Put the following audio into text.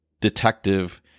detective